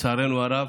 לצערנו הרב,